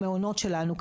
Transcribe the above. במעונות שלנו,